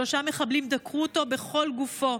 שלושה מחבלים דקרו אותו בכל גופו.